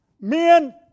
men